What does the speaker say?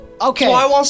Okay